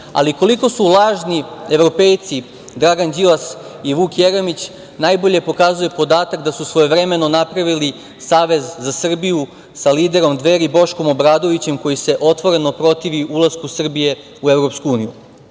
Ali, koliko su lažni evropejci Dragan Đilas i Vuk Jeremić najbolje pokazuje podatak da su svojevremeno napravili Savez za Srbiju sa liderom Dveri Boškom Obradovićem, koji se otvoreno protivi ulasku Srbije u EU.Moram da